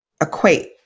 equate